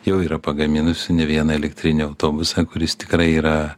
jau yra pagaminusi ne vieną elektrinį autobusą kuris tikrai yra